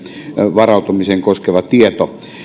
varautumista koskeva tieto